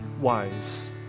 wise